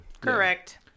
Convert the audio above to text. Correct